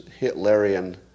Hitlerian